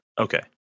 Okay